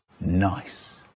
Nice